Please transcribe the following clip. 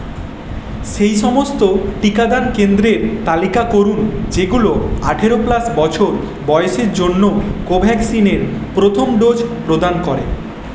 সেই সমস্ত টিকাদান কেন্দ্রের তালিকা করুন যেগুলো আঠারো প্লাস বছর বয়সের জন্য কোভ্যাক্সিনের প্রথম ডোজ প্রদান করে